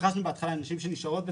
התייחסנו בהתחלה לנשים שנשארות בתעסוקה.